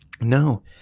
no